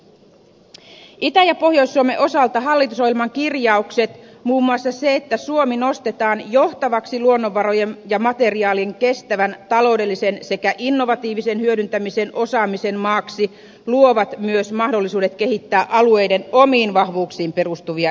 itä ja pohjois suomen osalta hallitusohjelman kirjaukset muun muassa se että suomi nostetaan johtavaksi luonnonvarojen ja materiaalin kestävän taloudellisen sekä innovatiivisen hyödyntämisen osaamisen maaksi luovat myös mahdollisuudet kehittää alueiden omiin vahvuuksiin perustuvia elinkeinoja